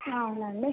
అవునండి